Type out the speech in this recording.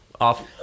Off